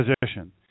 position